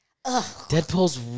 Deadpool's